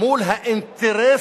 מול האינטרס,